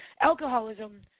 Alcoholism